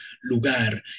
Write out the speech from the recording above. lugar